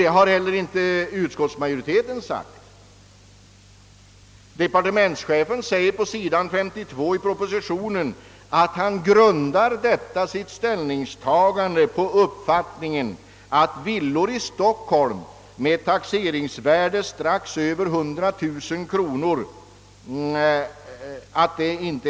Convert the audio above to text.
Det har inte heller utskottsmajoriteten ansett. Departementschefen säger på sidan 52 i propositionen: »Å andra sidan grundar jag inte detta mitt ställningstagande på uppfattningen att villor i Stockholm med taxeringsvärde strax över 100 000 kr.